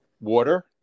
water